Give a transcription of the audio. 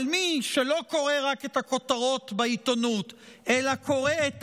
אבל מי שלא קורא רק את הכותרות בעיתונות אלא קורא את